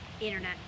Internet